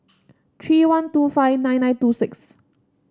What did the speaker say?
three one two five nine nine two six